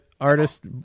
artist